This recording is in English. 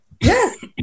Yes